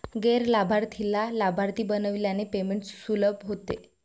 गैर लाभार्थीला लाभार्थी बनविल्याने पेमेंट सुलभ होते